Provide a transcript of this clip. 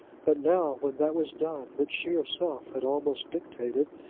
but now when that was done which she herself had almost dictated,